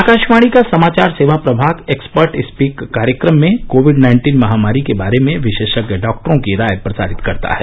आकाशवाणी का समाचार सेवा प्रभाग एक्सपर्ट स्पीक कार्यक्रम में कोविड नाइन्टीन महामारी के बारे में विशेषज्ञ डॉक्टरों की राय प्रसारित करता है